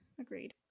agreed